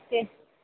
okay